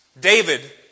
David